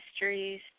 mysteries